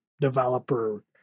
developer